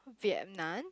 Vietnam